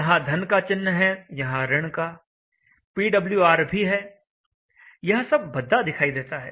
यहां धन का चिन्ह है यहां ऋण का pwr भी है यह सब भद्दा दिखाई देता है